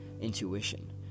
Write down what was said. intuition